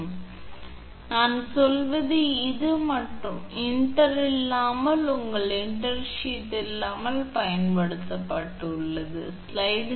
இன்டர்ஷீத்துடன் கூடிய அதிகபட்ச மின் அழுத்தம் இது 𝑉 𝑟 𝛼1 ln 𝛼 நான் சொல்வது இது மற்றும் இன்டர் இல்லாமல் உங்கள் இன்டர்ஷீத் இன்டர்ஷீத் இல்லாமல் பயன்படுத்தப்படாது அது 𝑉2𝑟 ln 𝛼